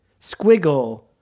squiggle